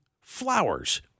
flowers